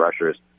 rushers